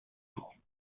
jours